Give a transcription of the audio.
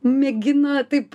mėgina taip